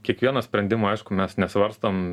kiekvieną sprendimą aišku mes nesvarstom